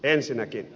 ensinnäkin